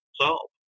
solve